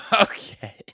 okay